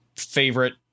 Favorite